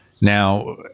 Now